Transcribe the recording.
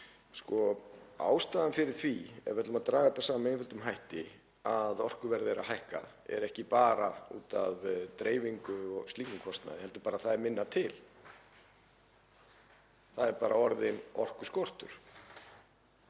Ástæðan fyrir því, ef við ætlum að draga þetta saman með einföldum hætti, að orkuverð er að hækka er ekki bara dreifing og slíkur kostnaður heldur bara sú að það er minna til. Það er bara orðinn orkuskortur.